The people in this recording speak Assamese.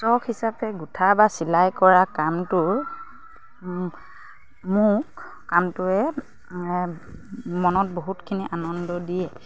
চখ হিচাপে গোঁঠা বা চিলাই কৰা কামটোৰ মোক কামটোৱে মনত বহুতখিনি আনন্দ দিয়ে